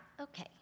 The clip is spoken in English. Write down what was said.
Okay